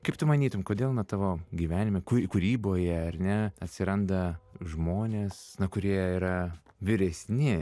kaip tu manytum kodėl na tavo gyvenime ku kūryboje ar ne atsiranda žmonės kurie yra vyresni